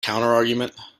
counterargument